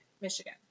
Michigan